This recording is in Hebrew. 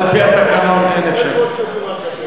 על-פי התקנון אין אפשרות.